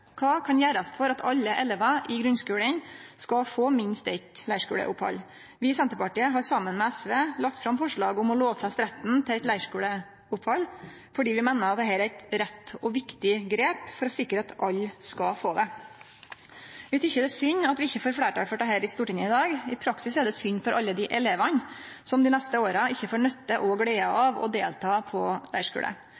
Kva kan gjerast for at alle elevar i grunnskulen skal få minst eitt leirskuleopphald? Vi i Senterpartiet har saman med SV lagt fram forslag om å lovfeste retten til eit leirskuleopphald, fordi vi meiner at dette er eit rett og viktig grep for å sikre at alle skal få det. Vi tykkjer det er synd at vi ikkje får fleirtal for dette i Stortinget i dag. I praksis er det synd for alle dei elevane som dei neste åra ikkje får nytte og glede